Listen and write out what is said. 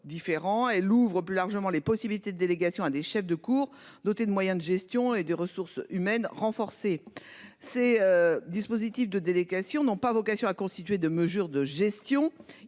et plus largement les possibilités de délégation à des chefs de cour dotés de moyens de gestion et des ressources humaines renforcé. Ses. Dispositifs de délégations n'ont pas vocation à constituer de mesures de gestion,